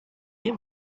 you